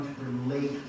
relate